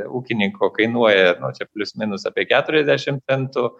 ūkininko kainuoja nu čia plius minus apie keturiasdešimt centų